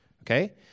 Okay